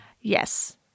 Yes